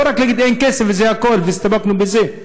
לא רק להגיד: אין כסף, וזה הכול, והסתפקנו בזה.